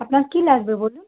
আপনার কী লাগবে বলুন